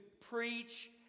preach